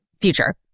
future